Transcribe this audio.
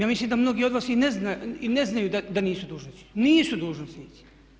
Ja mislim da mnogi od vas i ne znaju da nisu dužnosnici, nisu dužnosnici.